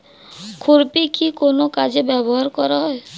খুরপি কি কোন কাজে ব্যবহার করা হয়?